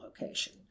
location